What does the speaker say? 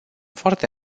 foarte